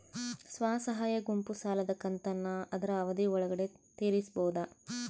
ಸ್ವಸಹಾಯ ಗುಂಪು ಸಾಲದ ಕಂತನ್ನ ಆದ್ರ ಅವಧಿ ಒಳ್ಗಡೆ ತೇರಿಸಬೋದ?